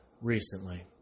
recently